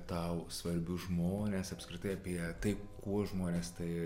tau svarbius žmones apskritai apie tai kuo žmonės tai